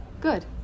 Good